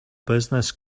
business